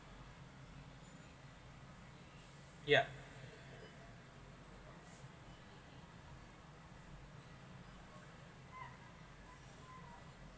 yeah